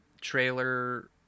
Trailer